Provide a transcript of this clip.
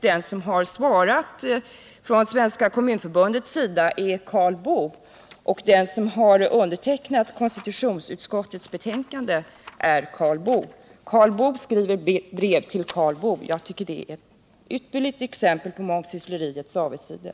Den som har svarat från Svenska kommunförbundets sida är Karl Boo, och den som har undertecknat konstitutionsutskottets betänkande är också Karl Boo. Karl Boo skriver brev till Karl Boo. Jag tycker det är ett ypperligt exempel på mångsyssleriets avigsidor.